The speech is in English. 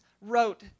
wrote